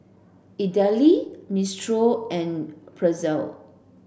Idili Minestrone and Pretzel